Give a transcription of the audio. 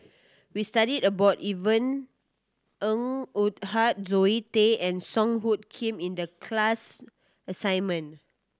we studied about Yvonne Ng Uhde Zoe Tay and Song Hoot Kiam in the class assignment